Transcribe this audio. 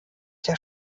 der